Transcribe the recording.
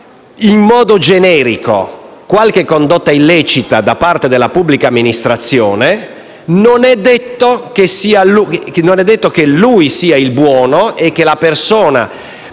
in modo generico qualche condotta illecita da parte della pubblica amministrazione sia il buono e che la persona